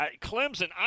Clemson